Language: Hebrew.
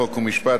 חוק ומשפט,